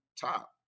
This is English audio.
top